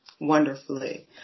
wonderfully